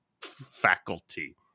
faculty